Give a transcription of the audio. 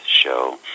show